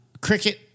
Cricket